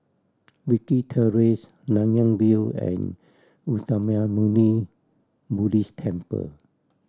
Wilkie Terrace Nanyang View and Uttamayanmuni Buddhist Temple